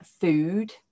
food